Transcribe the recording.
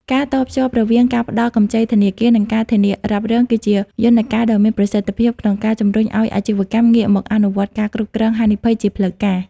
ការតភ្ជាប់រវាងការផ្ដល់កម្ចីធនាគារ និងការធានារ៉ាប់រង គឺជាយន្តការដ៏មានប្រសិទ្ធភាពក្នុងការជំរុញឱ្យអាជីវកម្មងាកមកអនុវត្តការគ្រប់គ្រងហានិភ័យជាផ្លូវការ។